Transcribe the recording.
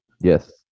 Yes